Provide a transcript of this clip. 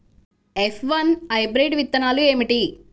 F one hybrid విత్తనాలు ఏమిటి?